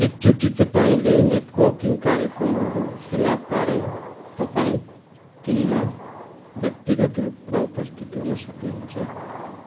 एकचोटि तपाईँँले नेटवर्किङ कार्यक्रमहरू फेला पारे तपाईँँ तिनमा व्यक्तिगत रूपमा उपस्थित हुन सक्नुहुन्छ